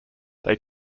they